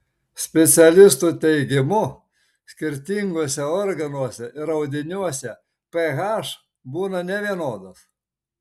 specialistų teigimu skirtinguose organuose ir audiniuose ph būna nevienodas